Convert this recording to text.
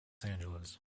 angeles